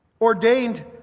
ordained